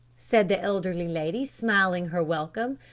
said the elderly lady, smiling her welcome,